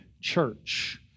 Church